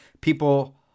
People